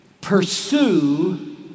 pursue